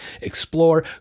explore